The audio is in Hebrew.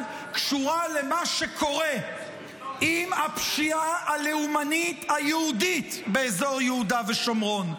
קשורה למה שקורה עם הפשיעה הלאומנית היהודית באזור יהודה ושומרון.